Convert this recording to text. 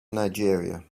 nigeria